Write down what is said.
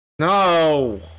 No